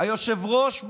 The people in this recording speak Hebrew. היושב-ראש,